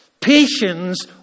Patience